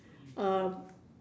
uh